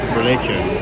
religion